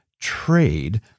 trade